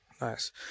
Nice